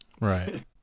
right